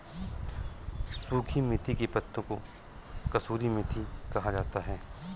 सुखी मेथी के पत्तों को कसूरी मेथी कहा जाता है